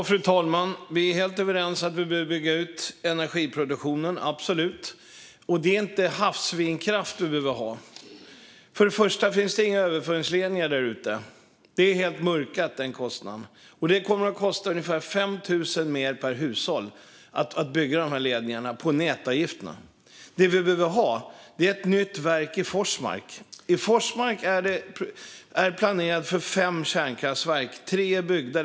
Fru talman! Vi är helt överens om att vi behöver bygga ut energiproduktionen - absolut. Men det är inte havsvindkraft vi behöver ha. Först och främst finns det inga överföringsledningar där ute. Den kostnaden är helt mörkad, men det kommer att behöva läggas på ungefär 5 000 mer per hushåll på nätavgifterna för att bygga de här ledningarna. Det vi behöver är ett nytt verk i Forsmark. Det är planerat för fem kärnkraftverk i Forsmark, och tre är byggda.